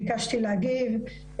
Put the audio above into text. ביקשתי להגיב,